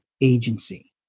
agency